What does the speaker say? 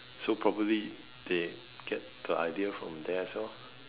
so probably they get the idea from theirs hor